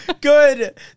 good